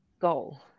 goal